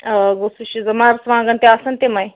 آ گوٚو سُہ چھُ مرژٕوانٛگن تہِ آسَن تِمَے